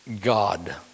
God